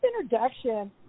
introduction